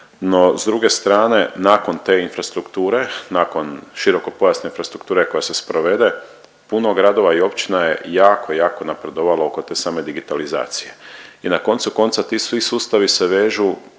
no s druge strane nakon te infrastrukture, nakon širokopojasne infrastrukture koja se sprovede puno gradova i općina je jako, jako napredovala oko same te digitalizacije. I na koncu konca ti svi sustavi se vežu